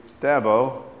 Dabo